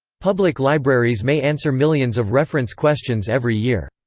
public libraries may answer millions of reference questions every year.